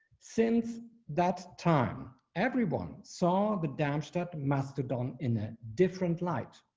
since that time, everyone saw the downstairs master done in a different light.